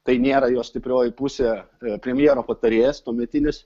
tai nėra jo stiprioji pusė premjero patarėjas tuometinis